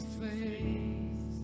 face